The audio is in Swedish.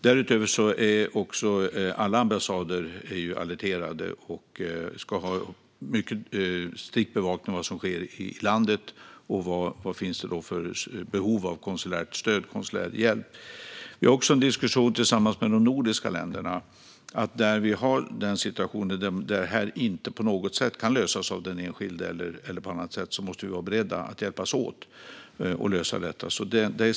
Därutöver är alla ambassader alerterade och ska ha en mycket strikt bevakning av vad som sker i landet och vad det finns för behov av konsulärt stöd och hjälp. Vi har också en diskussion med de nordiska länderna. I situationer där detta inte på något sätt kan lösas av den enskilde eller på annat sätt måste vi vara beredda att hjälpas åt för att lösa det.